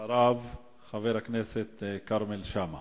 אחריו, חבר הכנסת כרמל שאמה.